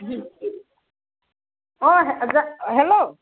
অঁ যা হেল্ল'